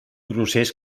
procés